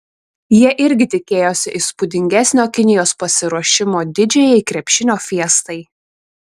jie irgi tikėjosi įspūdingesnio kinijos pasiruošimo didžiajai krepšinio fiestai